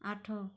ଆଠ